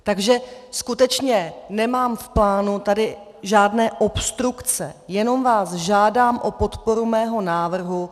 Takže skutečně nemám v plánu tady žádné obstrukce, jenom vás žádám o podporu svého návrhu.